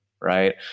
right